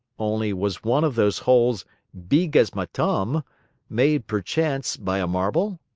only was one of those holes beeg as mah t'umb made, perchance, by a marble?